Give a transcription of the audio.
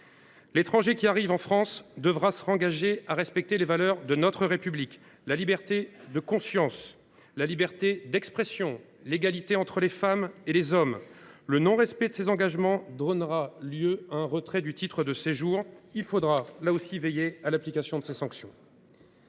L’étranger qui arrive en France devra s’engager à respecter les valeurs de la République : la liberté de conscience, la liberté d’expression, l’égalité entre les femmes et les hommes. Le non respect de ces engagements donnera lieu un retrait du titre de séjour. Il faudra, là aussi, veiller à l’application de ces sanctions.